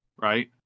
right